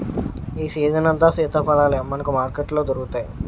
ఈ సీజనంతా సీతాఫలాలే మనకు మార్కెట్లో దొరుకుతాయి